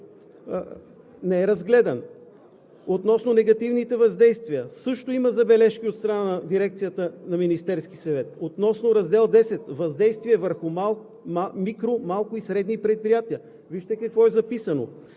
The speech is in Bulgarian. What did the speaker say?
не е разгледан. Относно негативните въздействия също има забележки от страна на дирекцията в Министерския съвет. Относно раздел X – „Въздействие върху микро-, малки и средни предприятия“, вижте какво е записано: